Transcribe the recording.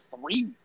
three